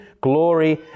glory